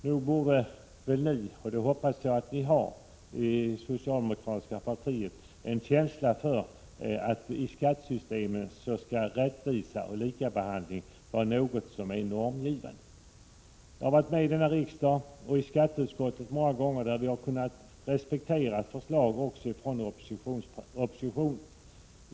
Nog borde även ni i det socialdemokratiska partiet ha en känsla för att rättvisa och lika behandling skall vara normgivande i skattesystemet, och det tror jag att ni har. Jag har i denna riksdag och i skatteutskottet många gånger varit med om att man kunnat respektera ett förslag också från oppositionen.